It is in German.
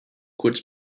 kurz